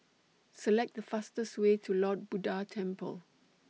Select The fastest Way to Lord Buddha Temple